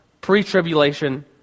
pre-tribulation